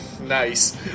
nice